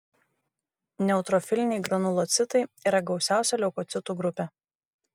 neutrofiliniai granulocitai yra gausiausia leukocitų grupė